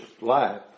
life